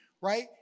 right